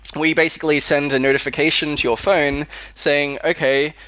we basically send a notification to your phone saying, okay.